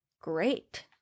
Great